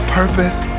purpose